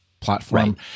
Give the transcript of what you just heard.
platform